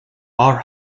are